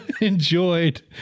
enjoyed